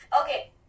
Okay